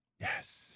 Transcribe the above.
Yes